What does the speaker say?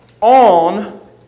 on